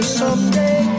someday